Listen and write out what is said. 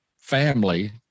family